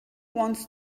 wants